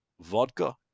vodka